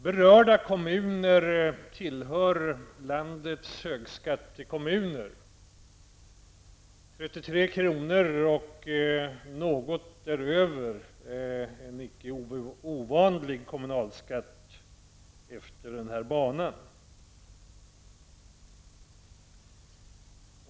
Berörda kommuner tillhör landets högskattekommuner. 33 kr. och litet därutöver är en icke ovanlig kommunalskatt i kommunerna längs den här banan.